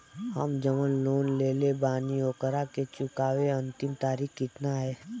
हम जवन लोन लेले बानी ओकरा के चुकावे अंतिम तारीख कितना हैं?